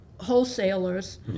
wholesalers